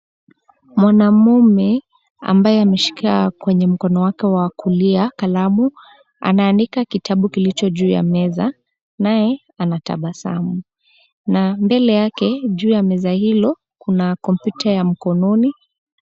Mwanaume ambaye ameshika kwenye mkono wake wa kulia kalamu, anaandika kitabu kilicho juu ya meza, naye anatabasamu. Na mbele yake juu ya meza hilo, kuna kompyuta ya mkononi.